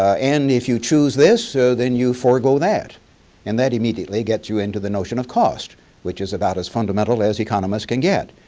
and if you choose this so then you forego that and that immediately gets you into the notion of cost which is about as fundamental as economists can get.